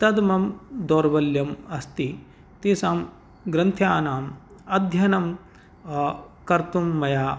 तद् मम दौर्बल्यम् अस्ति तेषाम् ग्रन्थानाम् अध्ययनं कर्तुं मया